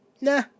Nah